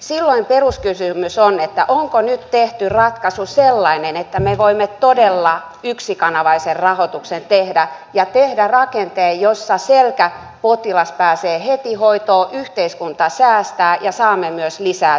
silloin peruskysymys on että onko nyt tehty ratkaisu sellainen että me voimme todella yksikanavaisen rahoituksen tehdä ja tehdä rakenteen jossa selkäpotilas pääsee heti hoitoon yhteiskunta säästää ja saamme myös lisää työpäiviä